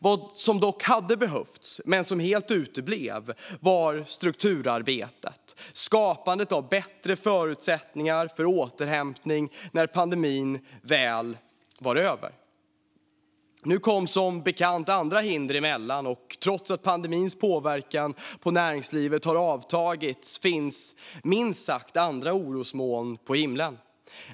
Vad som dock hade behövts, men som helt uteblev, var strukturarbetet och skapandet av bättre förutsättningar för återhämtning när pandemin väl var över. Nu kom som bekant andra hinder emellan, och trots att pandemins påverkan på näringslivet har avtagit finns minst sagt många andra orosmoln på himlen.